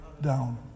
down